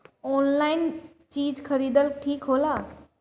Online चीज खरीदल ठिक होला?